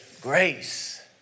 Grace